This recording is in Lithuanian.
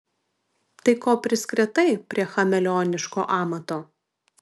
tai ko priskretai prie chameleoniško amato